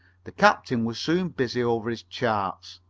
the captain was soon busy over his charts.